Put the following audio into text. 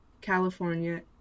California